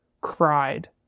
cried